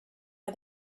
are